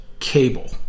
cable